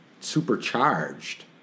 supercharged